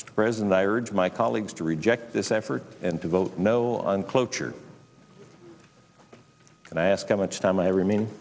the president i urge my colleagues to reject this effort and to vote no on cloture and i ask how much time i remain